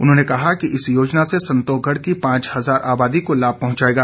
उन्होंने कहा कि इस योजना से संतोषगढ़ की पांच हजार आबादी को लाभ पहुंचेगा